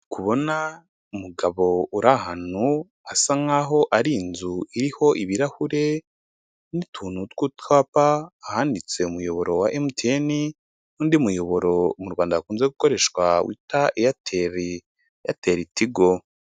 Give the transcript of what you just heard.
Kubona umugabo uri ahantu hasa nk'aho hari inzu iriho ibirahure n'utuntu twu twapa ,ahanditse umuyoboro wa emutiyeni (MTN) undi muyoboro mu Rwanda hakunze gukoreshwa witwa eyateri (airtel ) eyateri tigo.